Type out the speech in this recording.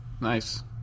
nice